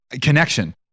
connection